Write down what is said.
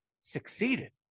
succeeded